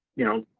you know,